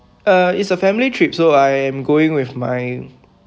uh it's a family trip so I am going with my